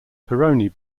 pironi